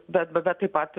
bet bet taip pat